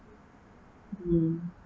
mm